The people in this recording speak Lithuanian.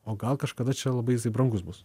o gal kažkada čia labai jisai brangus bus